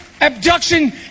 abduction